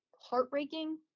heartbreaking